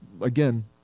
again